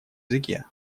языке